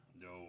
No